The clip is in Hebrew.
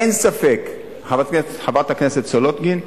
אין ספק, חברת הכנסת סולודקין,